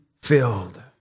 filled